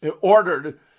ordered